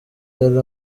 yari